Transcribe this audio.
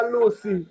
Lucy